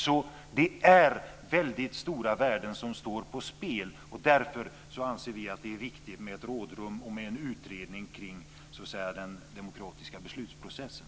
Så det är väldigt stora värden som står på spel. Därför anser vi att det är viktigt med rådrum och en utredning kring den demokratiska beslutsprocessen.